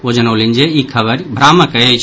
ओ जनौलनि जे ई खबरि भ्रामक अछि